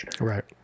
right